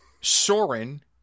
Soren